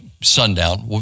sundown